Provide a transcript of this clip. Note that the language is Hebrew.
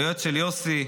ליועץ של יוסי טייב,